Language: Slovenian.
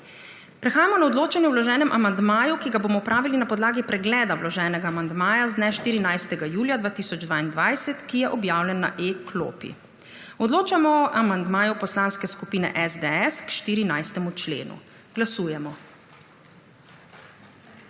Prehajamo na odločanje o vloženem amandmaju, ki ga bomo opravili na podlagi pregleda vloženega amandmaja z dne 14. julija 2022, ki je objavljen na e-klopi. Odločamo o amandmaju Poslanske skupine SDS k 14. členu. Glasujemo.